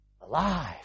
alive